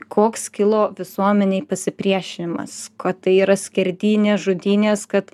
koks kilo visuomenėj pasipriešinimas kad tai yra skerdynės žudynės kad